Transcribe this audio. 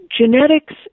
genetics